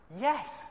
Yes